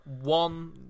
one